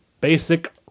Basic